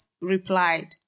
replied